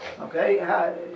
Okay